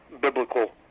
biblical